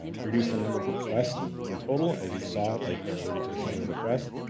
reduce the number of requests in total. as you saw, like there are a ridiculous number of requests.